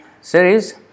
series